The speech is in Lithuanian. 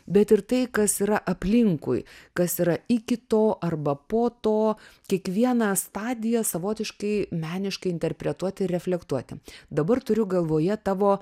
bet ir tai kas yra aplinkui kas yra iki to arba po to kiekvieną stadiją savotiškai meniškai interpretuoti reflektuoti dabar turiu galvoje tavo